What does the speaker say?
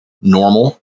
normal